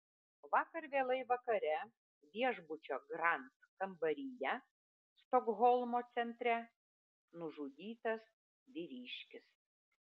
vakar vėlai vakare viešbučio grand kambaryje stokholmo centre nužudytas vyriškis